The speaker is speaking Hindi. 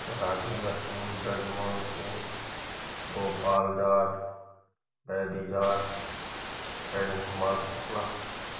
राजेन्द्र सिंह ब्रजमोहन सिंह गोपाल जाट वैदि जाट कुमार शुक्ला